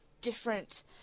different